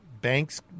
banks